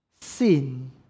sin